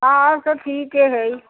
हँ आओर सभ ठीके हइ